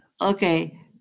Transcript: Okay